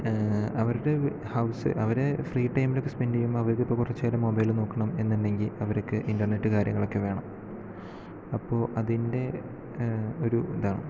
അവരുടെ ഹൗസ് അവര് ഫ്രീ ടൈമിലൊക്കെ സ്പെൻഡ് ചെയ്യുമ്പോൾ അവർക്കിപ്പോൾ കുറച്ചുനേരം മൊബൈൽ നോക്കണം എന്നുണ്ടെങ്കിൽ അവർക്ക് ഇൻറർനെറ്റ് കാര്യങ്ങളൊക്കെ വേണം അപ്പോൾ അതിൻ്റെ ഒരു ഇതാണ്